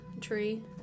tree